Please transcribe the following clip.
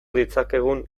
ditzakegun